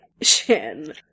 Shin